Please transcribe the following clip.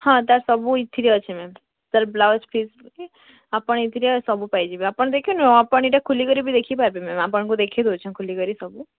ହଁ ତା'ର୍ ସବୁ ଇଥିରେ ଅଛି ମ୍ୟାମ୍ ତା'ର୍ ବ୍ଲାଉଜ୍ ପିସ୍ ଆପଣ ଇଥିରେ ସବୁ ପାଇଯିବେ ଆପଣ ଦେଖନିଅ ଆପଣ ଇଟା ଖୁଲିକରି ବି ଦେଖିପାର୍ବେ ଆପଣଙ୍କୁ ଦେଖେଇଦେଉଛି ଖୁଲିକରି ସବୁ